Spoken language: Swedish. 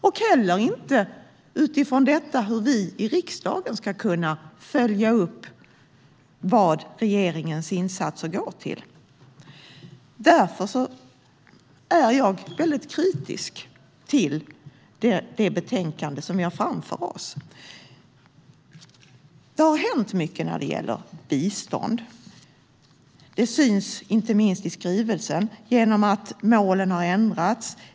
Jag kan inte heller utifrån detta utläsa hur vi i riksdagen ska kunna följa upp vad regeringens insatser går till. Därför är jag mycket kritisk till det betänkande som vi har framför oss. Det har hänt mycket när det gäller bistånd. Det syns inte minst i skrivelsen genom att målen har ändrats.